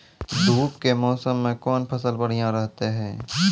धूप के मौसम मे कौन फसल बढ़िया रहतै हैं?